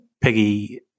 piggy